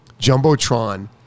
jumbotron